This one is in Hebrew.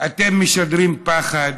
אתם משדרים פחד,